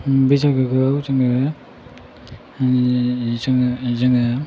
बैसागुखौ जोङो जोङो